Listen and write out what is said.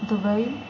Dubai